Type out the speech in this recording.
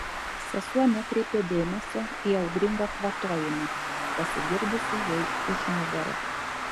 sesuo nekreipė dėmesio į audringą kvatojimą pasigirdusį jai už nugaros